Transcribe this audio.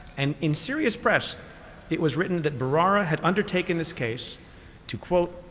and in serious press it was written that bharara had undertaken this case to, quote,